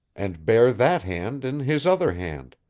and bare that hand in his other hand